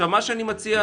מה שאני מציע,